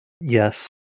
yes